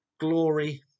glory